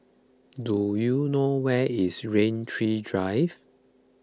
do you know where is Rain Tree Drive